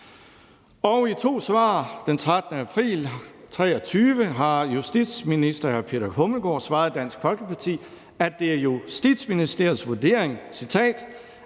Og i to svar den 13. april 2023 har justitsministeren svaret Dansk Folkeparti, at det er Justitsministeriets vurdering